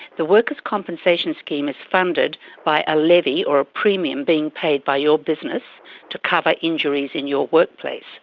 the workers compensation scheme is funded by a levy or a premium being paid by your business to cover injuries in your workplace.